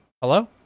Hello